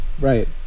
right